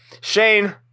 Shane